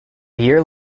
year